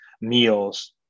meals